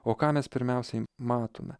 o ką mes pirmiausiai matome